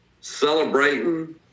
celebrating